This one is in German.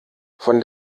von